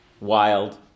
Wild